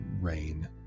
rain